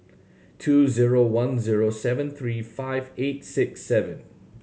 two zero one zero seven three five eight six seven